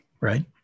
right